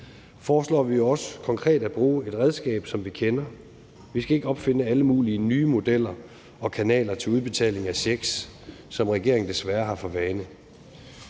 foreslår vi også konkret at bruge et redskab, som vi kender. Vi skal ikke opfinde alle mulige nye modeller og kanaler til udbetaling af checks, som regeringen desværre har for vane.